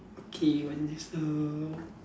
okay when there's a